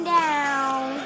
down